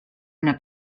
una